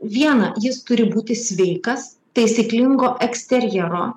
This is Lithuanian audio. viena jis turi būti sveikas taisyklingo eksterjero